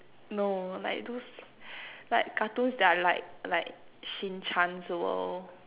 no like those like cartoons that are like like Shin-chan's world